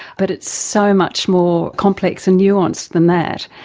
but it's so much more complex and nuanced than that.